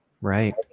right